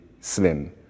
slim